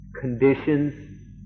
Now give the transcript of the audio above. conditions